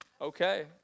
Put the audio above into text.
Okay